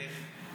איך?